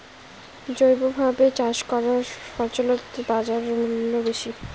জৈবভাবে চাষ করা ফছলত বাজারমূল্য বেশি